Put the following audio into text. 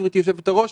גברתי יושבת-הראש,